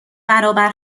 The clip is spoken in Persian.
برابر